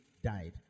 Died